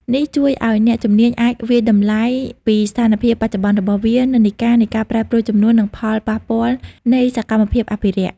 នេះជួយឲ្យអ្នកជំនាញអាចវាយតម្លៃពីស្ថានភាពបច្ចុប្បន្នរបស់វា និន្នាការនៃការប្រែប្រួលចំនួន និងផលប៉ះពាល់នៃសកម្មភាពអភិរក្ស។